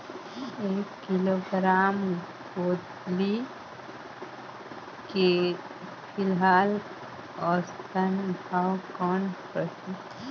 एक किलोग्राम गोंदली के फिलहाल औसतन भाव कौन रही?